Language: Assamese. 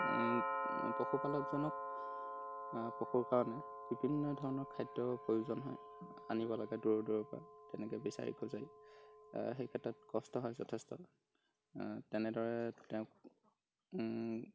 পশুপালকজনক পশুৰ কাৰণে বিভিন্ন ধৰণৰ খাদ্য প্ৰয়োজন হয় আনিব লাগে দূৰৰ দূৰৰ পৰা তেনেকৈ বিচাৰি খোচৰি সেই ক্ষেত্ৰত কষ্ট হয় যথেষ্ট তেনেদৰে তেওঁক